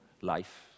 life